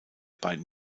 beiden